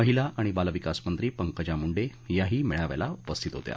महिला आणि बालविकासमंत्री पंकजा मुंडे याही या मेळाव्याला उपस्थित होत्या